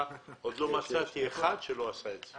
ועוד לא מצאתי אחד שלא עשה את זה.